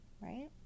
right